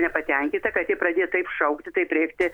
nepatenkinta kad ji pradėjo taip šaukti taip rėkti